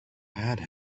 had